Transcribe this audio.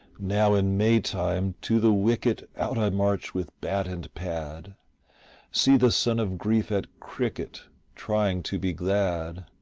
now in may time to the wicket out i march with bat and pad see the son of grief at cricket trying to be glad.